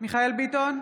מיכאל מרדכי ביטון,